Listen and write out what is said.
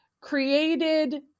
created